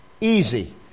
easy